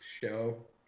show